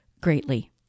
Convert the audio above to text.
greatly